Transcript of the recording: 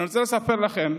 אני רוצה לספר לכם,